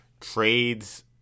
trades